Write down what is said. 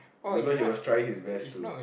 you would know he was trying his best to